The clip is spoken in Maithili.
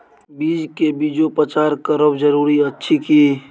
बीज के बीजोपचार करब जरूरी अछि की?